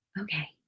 okay